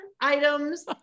items